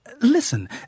Listen